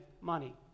money